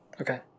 Okay